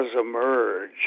emerge